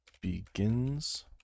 begins